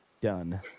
done